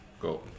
Go